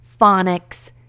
phonics